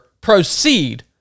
proceed